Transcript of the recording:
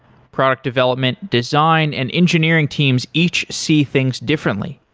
product development, design and engineering teams each see things differently.